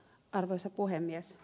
arvoisa puhemies